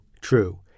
true